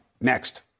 next